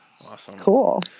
cool